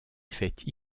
fait